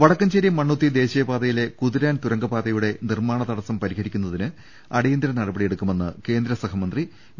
വടക്കഞ്ചേരി മണ്ണുത്തി ദേശീയ പാതയിലെ കുതിരാൻ തുരങ്കപാതയുടെ നിർമ്മാണ തടസ്സം പരിഹരിക്കുന്നതിന് അടിയന്തിര നടപടികളെടുക്കുമെന്ന് കേന്ദ്ര സഹമന്ത്രി വി